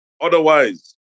Otherwise